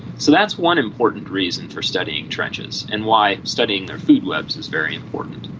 so that's one important reason for studying trenches and why studying their food webs is very important.